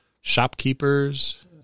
shopkeepers